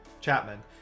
Chapman